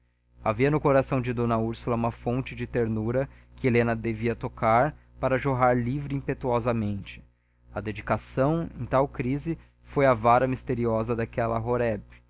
havia no coração de d úrsula uma fonte de ternura que helena devia tocar para jorrar livre e impetuosamente a dedicação em tal crise foi a vara misteriosa daquele